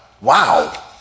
wow